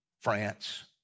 France